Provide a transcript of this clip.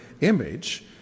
image